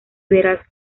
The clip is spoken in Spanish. verás